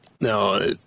no